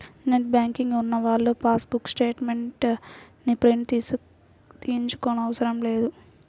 net banking ఉన్నవాళ్ళు passbook statements ని print తీయించుకోనవసరం లేదు